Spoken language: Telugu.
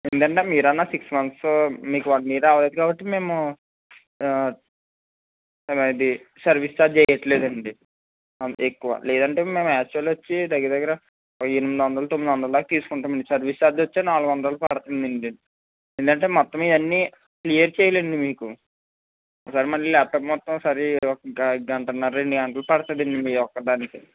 లేదంటే మీరు అన్న సిక్స్ మంత్స్ మీకు వన్ ఇయర్ కాలేదు కాబట్టి మేము అది సర్విస్ ఛార్జి వేయట్లేదండి అంత ఎక్కువ లేదంటే మేము యాక్చువల్ వచ్చి దగ్గర దగ్గర ఎనిమిది వందలు తొమ్మిది వందలు తీసుకుంటామండి సర్వీస్ ఛార్జి వచ్చి నాలుగు వందలు పడుతుందండి లేదంటే మొత్తం ఇవన్నీ క్లియర్ చేయాలండి మీకు మళ్ళీ ల్యాప్టాప్ మొత్తం సరిగ్గా గంటన్నర రెండు గంటలు పడుతుందండి మీ ఒక్కదానికే